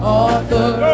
author